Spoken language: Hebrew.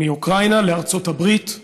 מאוקראינה לארצות הברית,